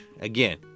again